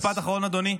משפט אחרון, אדוני.